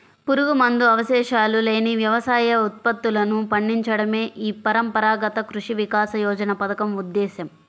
పురుగుమందు అవశేషాలు లేని వ్యవసాయ ఉత్పత్తులను పండించడమే ఈ పరంపరాగత కృషి వికాస యోజన పథకం ఉద్దేశ్యం